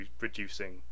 reducing